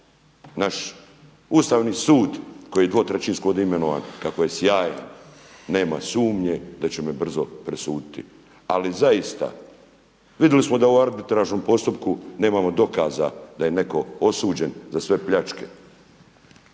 naš Ustavni sud koji dvotrećinski je ovdje imenovan kako je sjajan, nema sumnje da će me brzo presuditi. Ali zaista, vidjeli smo da u arbitražnom postupku nemamo dokaza da je netko osuđen za sve pljačke